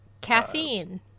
caffeine